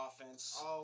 offense